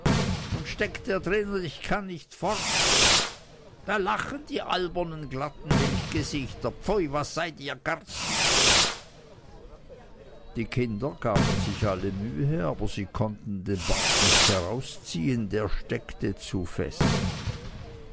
nun steckt er drin und ich kann nicht fort da lachen die albernen glatten milchgesichter pfui was seid ihr garstig die kinder gaben sich alle mühe aber sie konnten den bart nicht herausziehen er steckte zu fest